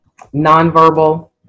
nonverbal